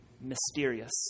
mysterious